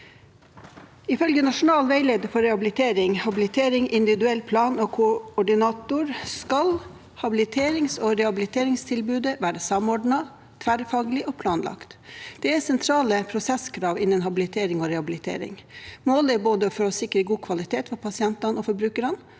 plan og koordinator» skal habiliterings- og rehabiliteringstilbudet være samordnet, tverrfaglig og planlagt. Det er sentrale prosesskrav innen habilitering og rehabilitering. Målet er både å sikre god kvalitet for pasientene og forbrukerne